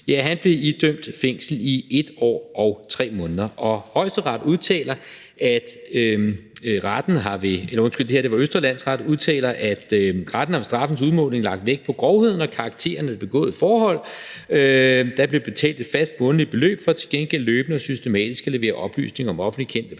Q, blev idømt fængsel i 1 år og 3 måneder. Østre Landsret udtaler, at retten ved straffens udmåling har lagt vægt på grovheden og karakteren af det begåede forhold. Der blev betalt et fast månedligt beløb for til gengæld løbende og systematisk at levere oplysninger om offentligt kendte personer.